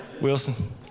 Wilson